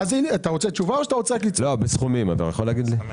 אתה יכול להגיד לי במספרים?